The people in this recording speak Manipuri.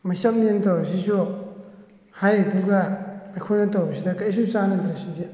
ꯃꯩꯆꯞꯅꯦꯅ ꯇꯧꯔꯤꯁꯤꯁꯨ ꯍꯥꯏꯔꯤꯗꯨꯒ ꯑꯩꯈꯣꯏꯅ ꯇꯧꯔꯤꯁꯤꯒ ꯀꯔꯤꯁꯨ ꯆꯥꯟꯅꯗ꯭ꯔꯦ ꯁꯤꯗꯤ